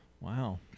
Wow